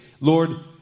Lord